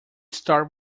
start